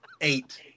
eight